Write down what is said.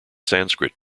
sanskrit